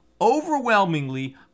overwhelmingly